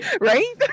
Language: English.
Right